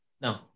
No